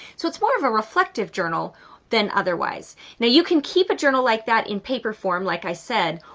so it's more of a reflective journal than otherwise. now you can keep a journal like that in paper form, like i said,